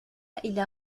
إلى